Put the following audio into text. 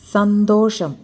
സന്തോഷം